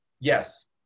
Yes